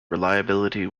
reliability